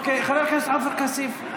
חבר הכנסת עופר כסיף,